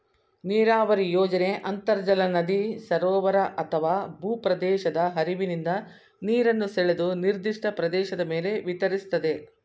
ನೀರಾವರಿ ಯೋಜನೆ ಅಂತರ್ಜಲ ನದಿ ಸರೋವರ ಅಥವಾ ಭೂಪ್ರದೇಶದ ಹರಿವಿನಿಂದ ನೀರನ್ನು ಸೆಳೆದು ನಿರ್ದಿಷ್ಟ ಪ್ರದೇಶದ ಮೇಲೆ ವಿತರಿಸ್ತದೆ